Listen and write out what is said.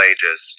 Ages